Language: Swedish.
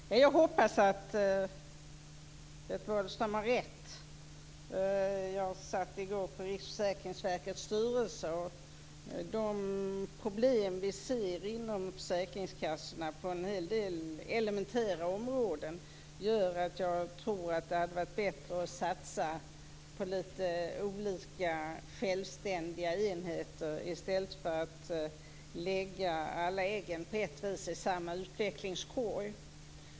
Fru talman! Jag hoppas att Göte Wahlström har rätt. Jag satt i går med Riksförsäkringsverkets styrelse, och de problem vi ser inom försäkringskassorna på en hel del elementära områden gör att jag tror att det hade varit bättre att satsa på lite olika självständiga enheter i stället för att lägga alla äggen i samma utvecklingskorg.